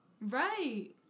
Right